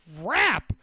crap